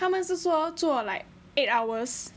他们是说做 like eight hours